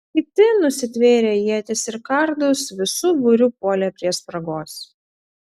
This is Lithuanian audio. kiti nusitvėrę ietis ir kardus visu būriu puolė prie spragos